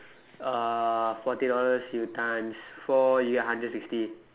uh forty dollars you times four you get one hundred sixty